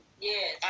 Yes